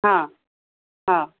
हा हा